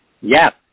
Yes